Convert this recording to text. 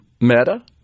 Meta